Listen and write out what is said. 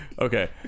okay